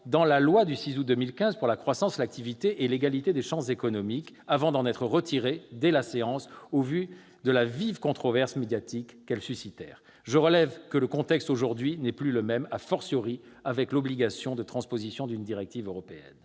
dans la loi du 6 août 2015 pour la croissance, l'activité et l'égalité des chances économiques, avant d'en être retirées dès la séance, au vu de la vive controverse médiatique qu'elles suscitèrent. Je relève que le contexte n'est plus le même aujourd'hui, avec l'obligation de transposition d'une directive européenne.